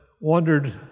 wondered